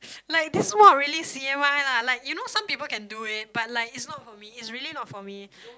like this mod really c_m_i lah like you know some people can do it but like it's not for me it's really not for me